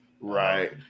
Right